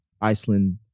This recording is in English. Iceland